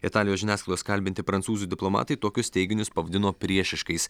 italijos žiniasklaidos kalbinti prancūzų diplomatai tokius teiginius pavadino priešiškais